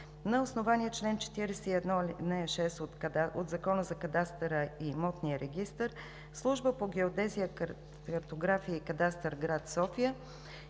на основание чл. 41, ал. 6 от Закона за кадастъра и имотния регистър, Служба по геодезия, картография и кадастър – град София,